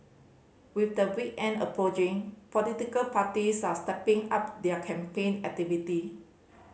with the weekend approaching political parties are stepping up their campaign activity